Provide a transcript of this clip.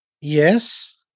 Yes